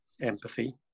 Empathy